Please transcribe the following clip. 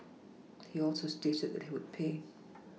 he also stated that he would pay